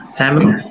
family